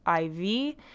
IV